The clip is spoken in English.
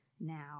now